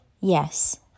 yes